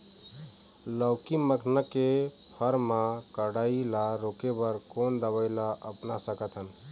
लाउकी मखना के फर मा कढ़ाई ला रोके बर कोन दवई ला अपना सकथन?